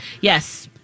Yes